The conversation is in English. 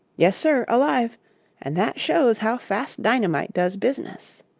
yes, sir, alive and that shows how fast dynamite does business.